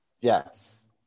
Yes